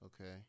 Okay